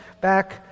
back